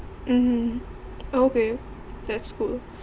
mmhmm okay that's cool